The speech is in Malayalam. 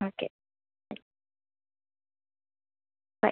ഓക്കെ ശരി ബൈ